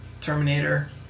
Terminator